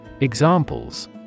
Examples